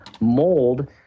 mold